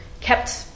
kept